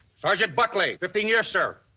sergeant buckley, fifteen years, sir.